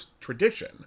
tradition